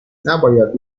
نباید